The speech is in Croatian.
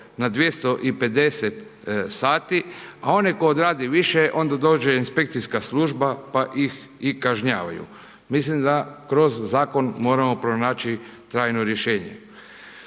na 250 sati, a onaj tko odradi više, onda dođe inspekcijska služba pa ih i kažnjavaju. Mislim da kroz Zakon moramo pronaći trajno rješenje.